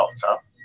doctor